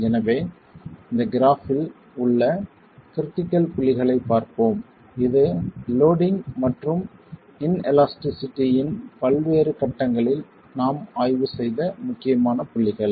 எனவே இந்த கிராபில் உள்ள கிரிட்டிக்கல் புள்ளிகளைப் பார்ப்போம் இது லோடிங் மற்றும் இன்எலாஸ்டிசிடி இன்பல்வேறு கட்டங்களில் நாம் ஆய்வு செய்த முக்கியமான புள்ளிகள்